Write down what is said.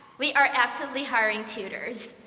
we are actively hiring tutors.